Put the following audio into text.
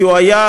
כי הוא היה,